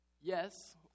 Yes